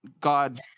God